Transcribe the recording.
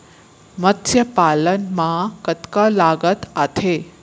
मतस्य पालन मा कतका लागत आथे?